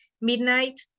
midnight